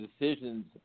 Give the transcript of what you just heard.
decisions